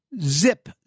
Zip